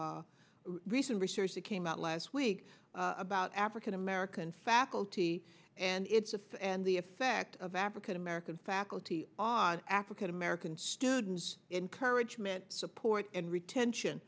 recent research that came out last week about african american faculty and it's a fifth and the effect of african american faculty on african american students encouragement support and retention